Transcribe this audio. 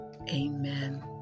Amen